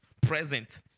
present